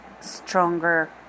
stronger